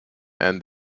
and